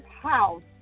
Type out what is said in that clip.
house